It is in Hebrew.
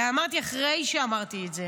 אמרתי "אחרי שאמרתי את זה"